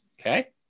Okay